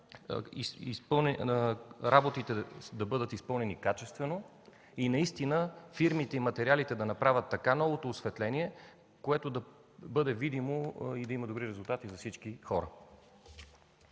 работите да бъдат изпълнени качествено и наистина фирмите и материалите да направят така новото осветление, което да бъде видимо и да има добри резултати за всички хора.